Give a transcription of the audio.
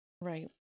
right